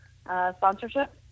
sponsorship